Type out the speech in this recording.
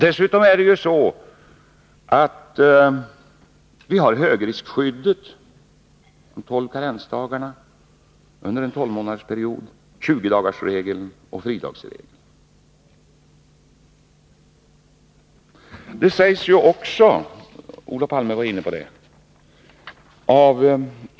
Dessutom har vi högriskskyddet, de tio karensdagarna under en tolvmånadersperiod, 20 dagarsregeln och fridagsregeln.